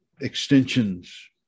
extensions